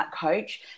coach